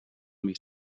mich